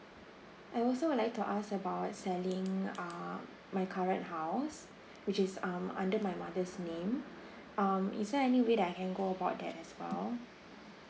I also would like to ask about selling uh my current house which is um under my mother's name um is there any way that I can go about that as well